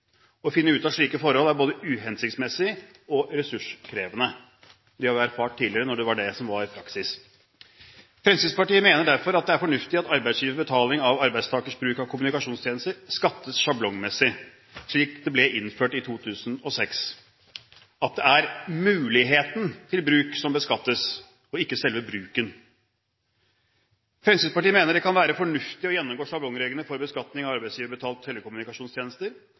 Å finne ut av slike forhold er både uhensiktsmessig og ressurskrevende. Det har vi erfart tidligere, da det var det som var praksis. Fremskrittspartiet mener derfor det er fornuftig at arbeidsgivers betaling av arbeidstakers bruk av kommunikasjonstjenester, skattes sjablongmessig, slik det ble innført i 2006 – altså at det er muligheten til bruk som beskattes, ikke selve bruken. Fremskrittspartiet mener det kan være fornuftig å gjennomgå sjablongreglene for beskatning av arbeidsgiverbetalte telekommunikasjonstjenester,